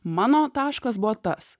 mano taškas buvo tas